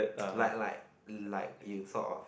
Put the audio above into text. like like like you sort of